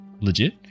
legit